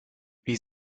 wie